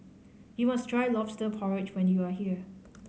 you must try Lobster Porridge when you are here